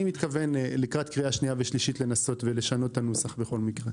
אני מתכוון לקראת קריאה שנייה ושלישית לנסות ולשנות את הנוסח בכל מקרה.